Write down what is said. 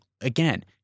again